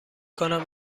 کنم